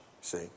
See